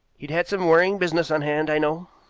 he'd had some worrying business on hand, i know.